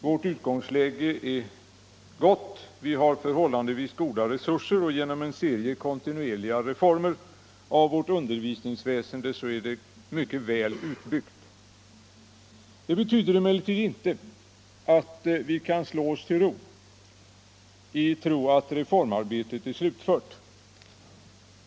Vårt utgångsläge är gott, vi har förhållandevis goda resurser och på grund av en serie kontinuerliga reformer är vårt undervisningsväsende mycket väl utbyggt. Det betyder emellertid inte att vi kan slå oss till ro i tron att reformarbetet är slutfört.